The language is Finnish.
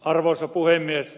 arvoisa puhemies